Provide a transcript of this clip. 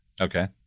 Okay